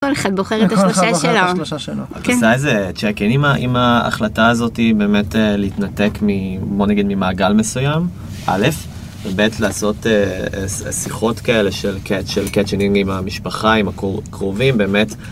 ‫כל אחד בוחר את השלושה שלו. ‫-כן, כל אחד בוחר את השלושה שלו. ‫את עושה איזה צ'ק אין עם ההחלטה הזאת ‫היא באמת להתנתק בוא נגיד ממעגל מסוים, ‫א', ב' לעשות שיחות כאלה של קאץ', ‫של קאצ'ינינג אין עם המשפחה, עם הקרובים, באמת.